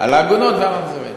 על העגונות ועוד דברים.